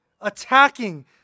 attacking